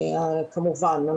כמובן.